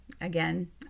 again